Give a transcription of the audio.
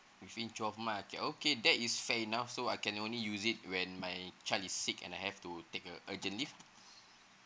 within twelve month okay okay that is fair enough so I can only use it when my child is sick and I have to take a urgent leave